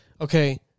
okay